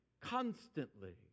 constantly